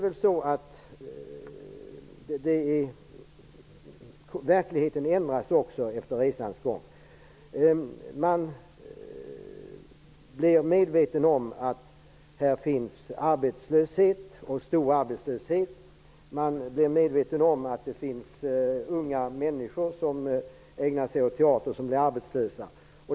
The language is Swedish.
Verkligheten ändras ju under resans gång. Man har blivit medveten om att här finns stor arbetslöshet och om att det finns unga människor som ägnat sig åt teater och som blir arbetslösa.